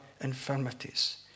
infirmities